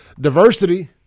diversity